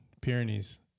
Pyrenees